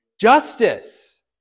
justice